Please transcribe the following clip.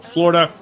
Florida